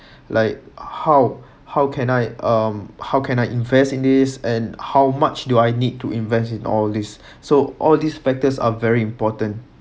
like how how can I um how can I invest in these and how much do I need to invest in all these so all these factors are very important